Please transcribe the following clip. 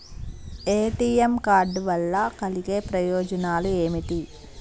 ATM card వల్ల కలిగే ప్రయోజనాలు ఏమిటి?